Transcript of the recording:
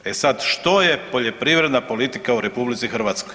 E sad što je poljoprivredna politika u RH?